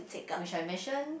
which I mention